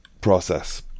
process